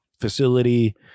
Facility